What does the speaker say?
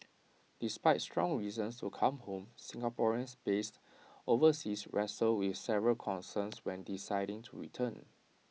despite strong reasons to come home Singaporeans based overseas wrestle with several concerns when deciding to return